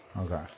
Okay